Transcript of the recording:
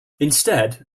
instead